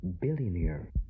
Billionaire